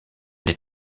les